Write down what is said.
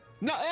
no